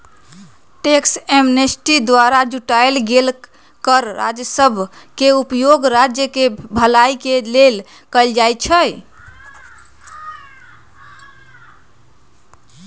tax amnesty द्वारा जुटाएल गेल कर राजस्व के उपयोग राज्य केँ भलाई के लेल कएल जाइ छइ